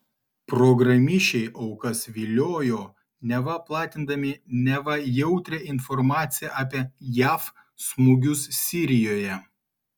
programišiai aukas viliojo neva platindami neva jautrią informaciją apie jav smūgius sirijoje